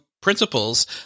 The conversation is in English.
principles